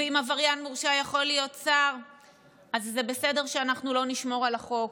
ואם עבריין מורשע יכול להיות שר אז זה בסדר שאנחנו לא נשמור על החוק,